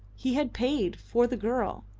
he had paid, for the girl,